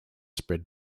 spread